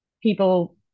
people